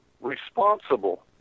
responsible